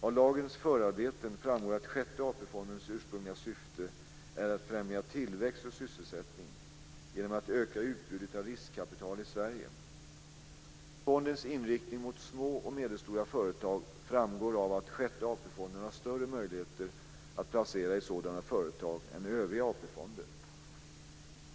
Av lagens förarbeten framgår att Sjätte AP-fondens ursprungliga syfte är att främja tillväxt och sysselsättning genom att öka utbudet av riskkapital i Sverige. Fondens inriktning mot små och medelstora företag framgår av att Sjätte AP-fonden har större möjligheter att placera i sådana företag än övriga AP-fonder.